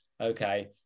okay